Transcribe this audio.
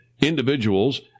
Individuals